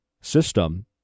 system